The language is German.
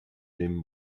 dem